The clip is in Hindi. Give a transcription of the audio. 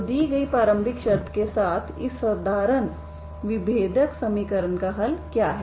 तो दी गई प्रारंभिक शर्त के साथ इस साधारण विभेदक समीकरण का हल क्या है